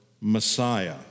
Messiah